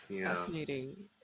fascinating